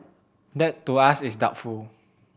that to us is doubtful